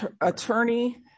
attorney